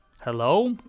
Hello